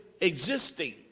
existing